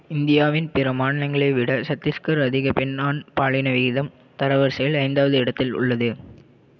இந்தியாவின் பிற மாநிலங்களை விட சத்தீஸ்கர் அதிக பெண் ஆண் பாலின விகிதம் தரவரிசையில் ஐந்தாவது இடத்தில் உள்ளது